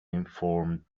inform